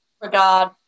regard